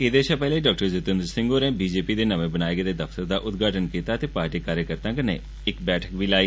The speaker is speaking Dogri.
एहदे शा पैहले डॉक्टर जितेन्द्र सिंह होरें बी जे पी दे नमे बनाए गेदे दफ्तर दा उदघाटन कीता ते पार्टी कार्यकर्त्ताएं कन्नै बैठक बी लाई